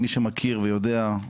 מי שמכיר ויודע,